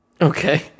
Okay